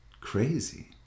crazy